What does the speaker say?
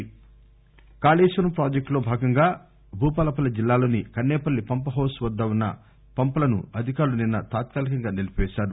కన్నెపల్లి కాళేశ్వరం పాజెక్టులో భాగంగా భూపాలపల్లి జిల్లాలోని కన్నెపల్లి పంప్హౌస్ వద్ద వున్న పంపులను అధికారులు నిన్న తాత్కాలికంగా నిలిపివేశారు